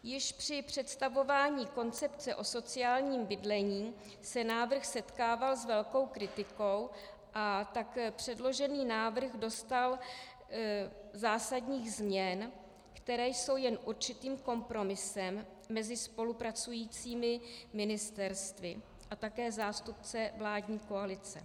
Již při představování koncepce o sociálním bydlení se návrh setkával s velkou kritikou, a tak předložený návrh doznal zásadních změn, které jsou jen určitým kompromisem mezi spolupracujícími ministerstvy a také zástupcem vládní koalice.